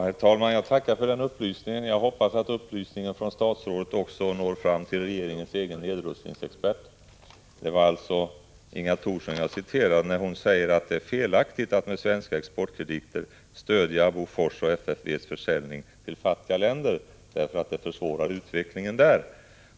Herr talman! Jag tackar för den upplysningen. Jag hoppas att upplysningen från statsrådet når fram också till regeringens egen nedrustningsexpert Inga Thorsson. Jag citerade hennes uttalande om att det är felaktigt att med svenska exportkrediter stödja Bofors och FFV:s försäljning till fattiga länder därför att det försvårar utvecklingen där.